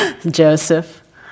Joseph